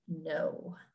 No